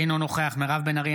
אינו נוכח מירב בן ארי,